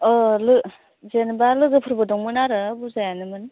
औ लो जेन'बा लोगोफोरबो दंमोन आरो बुरजायानोमोन